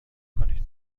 کنید